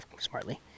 smartly